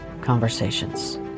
conversations